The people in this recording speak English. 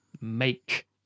make